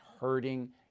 hurting